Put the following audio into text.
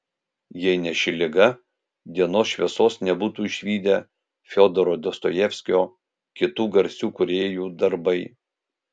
jei ne ši liga dienos šviesos nebūtų išvydę fiodoro dostojevskio kitų garsių kūrėjų darbai